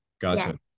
gotcha